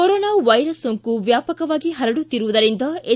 corona virus ಸೋಂಕು ವ್ಯಾಪಕವಾಗಿ ಹರಡುತ್ತಿರುವುದರಿಂದ ಎಸ್